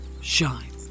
Shine